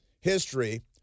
history